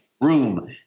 room